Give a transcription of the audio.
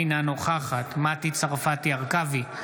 אינה נוכחת מטי צרפתי הרכבי,